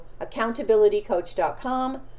accountabilitycoach.com